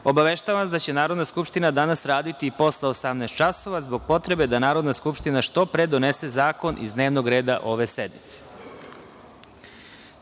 obaveštavam vas da će Narodna skupština danas raditi i posle 18,00 časova zbog potrebe da Narodna skupština što pre donese zakon iz dnevnog reda ove